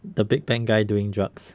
the big bang guy doing drugs